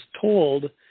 told